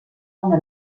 una